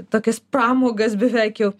tokias pramogas beveik jau